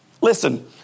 Listen